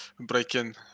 break-in